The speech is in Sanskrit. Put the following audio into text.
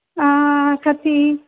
कति